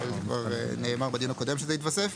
אבל נאמר בדיון הקודם שזה התווסף.